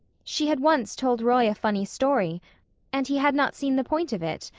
she had once told roy a funny story and he had not seen the point of it.